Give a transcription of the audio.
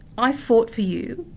i fought for you,